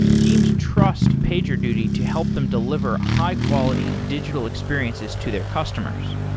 teams trust pagerduty to help them deliver high-quality digital experiences to their customers.